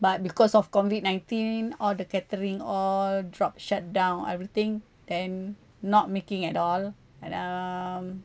but because of COVID nineteen all the catering all drop shut down everything then not making at all um